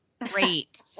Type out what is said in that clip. great